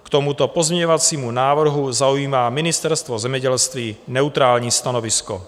K tomuto pozměňovacímu návrhu zaujímá Ministerstvo zemědělství neutrální stanovisko.